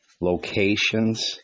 locations